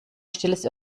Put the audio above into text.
stilles